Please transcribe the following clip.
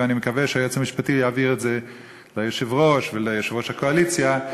ואני מקווה שהיועץ המשפטי יעביר את זה ליושב-ראש וליושב-ראש הקואליציה.